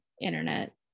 internet